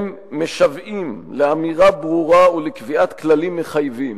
הם משוועים לאמירה ברורה ולקביעת כללים מחייבים